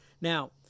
Now